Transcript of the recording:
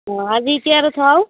অঁ আজি এতিয়া আৰু থওঁ